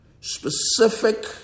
Specific